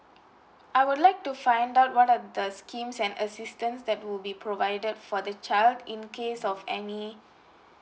I would like to find out what are the schemes and assistance that would be provided for the child in case of any